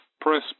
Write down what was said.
Press